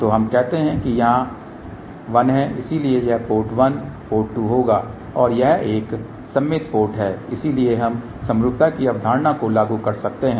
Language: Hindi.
तो हम कहते हैं कि यह यहां 1 है इसलिए यह पोर्ट 1पोर्ट 2 होगा और यह एक सममित पोर्ट है इसलिए हम समरूपता की अवधारणा को लागू कर सकते हैं